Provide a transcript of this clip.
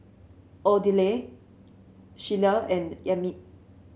Odile Sheila and Emit